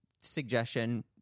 suggestion